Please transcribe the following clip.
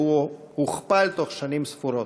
והוא הוכפל תוך שנים ספורות.